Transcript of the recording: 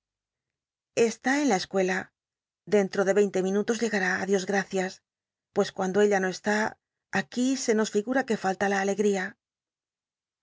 estü en la escuela dentro de ycinte minutos llcgatti ti dios gtacias pues cuando ella no esl i luc falta la alegtia